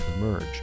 emerge